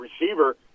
receiver